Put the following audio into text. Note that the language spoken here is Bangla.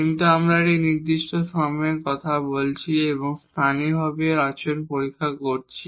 কিন্তু আমরা একটি নির্দিষ্ট সময়ে কথা বলছি এবং স্থানীয়ভাবে এর আচরণ পরীক্ষা করছি